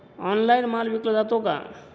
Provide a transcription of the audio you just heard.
Online माल विकला जातो का?